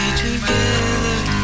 together